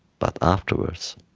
but afterwards,